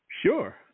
Sure